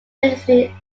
ministry